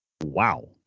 wow